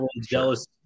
jealous